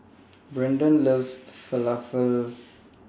Brandan loves Falafel